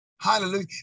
Hallelujah